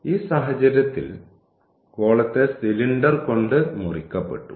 അതിനാൽ ഈ സാഹചര്യത്തിൽ ഗോളത്തെ സിലിണ്ടർ കൊണ്ട് മുറിക്കപ്പെട്ടു